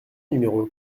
numéros